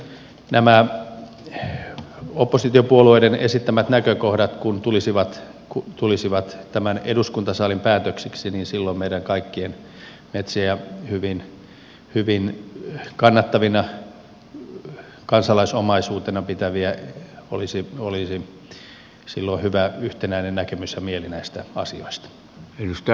kun nämä oppositiopuolueiden esittämät näkökohdat tulisivat tämän eduskuntasalin päätöksiksi niin silloin meillä kaikilla metsiä hyvin kannattavana kansalaisomaisuutena pitävillä olisi hyvä yhtenäinen näkemys ja mieli näistä asioista